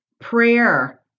Prayer